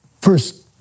First